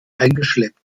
eingeschleppt